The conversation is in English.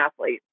athlete